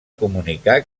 comunicar